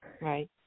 Right